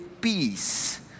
peace